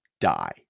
die